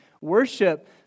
Worship